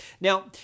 Now